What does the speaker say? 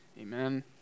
Amen